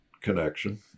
connection